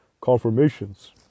confirmations